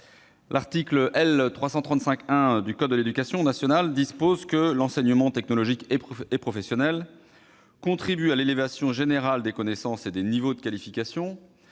L'article L. 335-1 du code de l'éducation nationale dispose que l'enseignement technologique et professionnel « contribue à l'élévation générale des connaissances et des niveaux de qualification